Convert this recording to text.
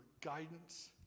guidance